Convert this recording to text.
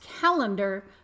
calendar